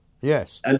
Yes